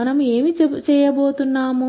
మనం ఏమి చేయబోతున్నాం